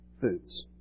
foods